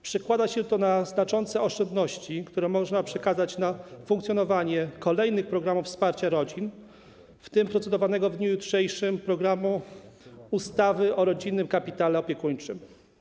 Przekłada się to na znaczące oszczędności, które można przekazać na funkcjonowanie kolejnych programów wsparcia rodzin, w tym procedowanego w dniu jutrzejszym projektu ustawy o rodzinnym kapitale opiekuńczym.